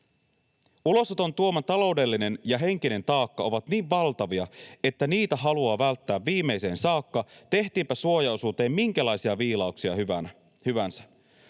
Ulosoton tuoma taloudellinen ja henkinen taakka ovat niin valtavia, että niitä haluaa välttää viimeiseen saakka, tehtiinpä suojaosuuteen minkälaisia viilauksia hyvänsä.